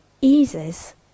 eases